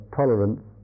tolerance